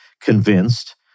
convinced